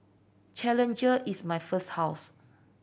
challenger is my first house